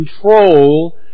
control